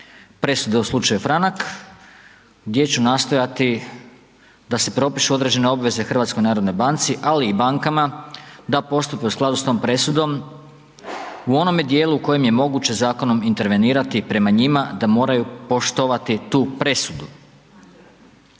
presude u slučaju Franak gdje ću nastojati da se propišu određene obveze HNB-u, ali i bankama da postupe u skladu s tom presudom u onome dijelu u kojem je moguće zakonom intervenirati prema njima da moraju poštovati tu presudu.